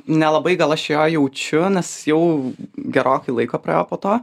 nelabai gal aš jo jaučiu nes jau gerokai laiko praėjo po to